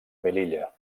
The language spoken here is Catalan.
melilla